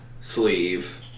sleeve